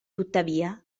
tuttavia